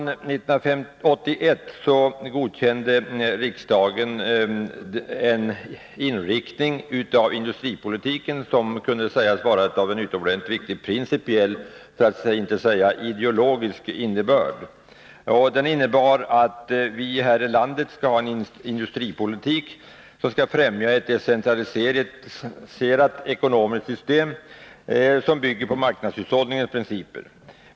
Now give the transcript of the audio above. År 1981 godkände riksdagen en inriktning av industripoliti 66 ken som kunde sägas vara av utomordentligt viktig principiell, för att inte säga ideologisk, innebörd. Den innebär att vi här i landet skall ha en industripolitik som skall främja ett decentraliserat ekonomiskt system, vilket bygger på marknadshushållningens principer.